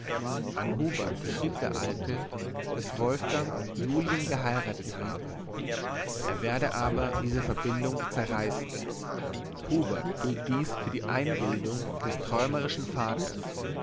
an hubert schrieb der alte daß wolfgang julien geheiratet habe er werde aber diese verbindung zerreißen hubert hielt dies für die einbildung des träumerischen vaters